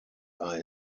are